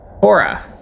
Hora